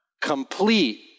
complete